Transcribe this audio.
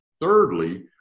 Thirdly